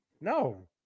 No